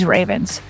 Ravens